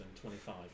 twenty-five